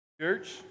Church